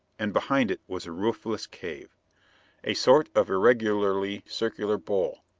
and behind it was a roofless cave a sort of irregularly circular bowl,